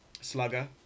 Slugger